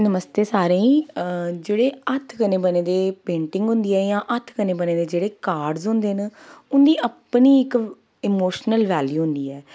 नमस्ते सारें ईं जेह्ड़े हत्थ कन्नै बने दे पेंटिंग होंदी ऐ जां हत्थ कन्नै बने दे जेह्ड़े कार्ड्स होंदे न उंदी अपनी इक इमोशनल वैल्यू होंदी ऐ